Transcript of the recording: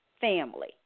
family